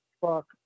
fuck